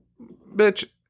bitch